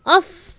off